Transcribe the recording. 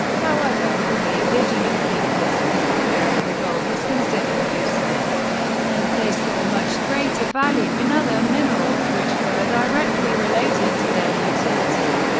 however, for the indigenous peoples of north america gold was considered useless and they saw much greater value in other minerals which were directly related to their utility,